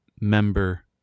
member